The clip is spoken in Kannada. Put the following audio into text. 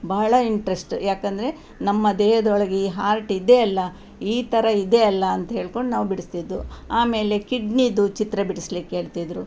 ಬಹಳ ಇಂಟ್ರೆಸ್ಟ್ ಏಕಂದ್ರೆ ನಮ್ಮ ದೇಹದೊಳಗೆ ಈ ಹಾರ್ಟ್ ಇದೆ ಅಲ್ವ ಈ ಥರ ಇದೆ ಅಲ್ವ ಅಂತ ಹೇಳ್ಕೊಂಡು ನಾವು ಬಿಡಿಸ್ತಿದ್ವು ಆಮೇಲೆ ಕಿಡ್ನೀದು ಚಿತ್ರ ಬಿಡ್ಸ್ಲಿಕ್ಕೆ ಹೇಳ್ತಿದ್ದರು